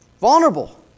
Vulnerable